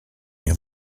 they